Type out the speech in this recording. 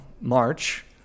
March